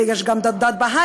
ויש גם דת בהאית,